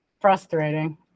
frustrating